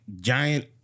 giant